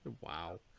wow